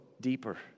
deeper